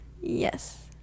yes